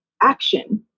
action